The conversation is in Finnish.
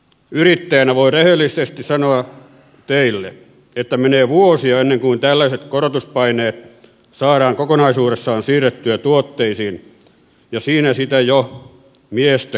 yrittäjänä voin rehellisesti sanoa teille että menee vuosia ennen kuin tällaiset korotuspaineet saadaan kokonaisuudessaan siirrettyä tuotteisiin ja siinä sitä jo miestä kylmenee